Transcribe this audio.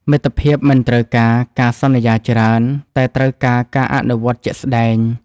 មិត្តភាពមិនត្រូវការការសន្យាច្រើន តែត្រូវការការអនុវត្តជាក់ស្ដែង។